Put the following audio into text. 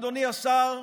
אדוני השר,